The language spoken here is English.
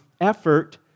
effort